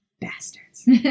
Bastards